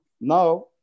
Now